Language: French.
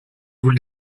vous